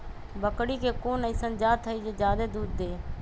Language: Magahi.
बकरी के कोन अइसन जात हई जे जादे दूध दे?